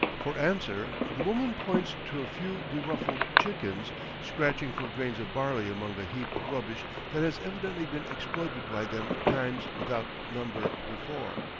for answer the woman points to a few beruffled chickens scratching for grains of barley among a heap of rubbish that has evidently been exploited by them times without number before,